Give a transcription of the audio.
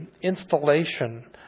installation